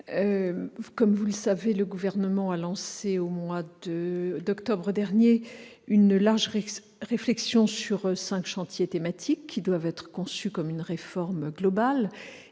Hervé, vous le savez, le Gouvernement a lancé, au mois d'octobre dernier, une large réflexion sur cinq grands chantiers thématiques qui doivent être considérés comme une réforme globale.